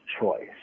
choice